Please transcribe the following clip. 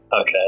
Okay